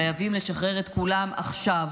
חייבים לשחרר את כולם עכשיו,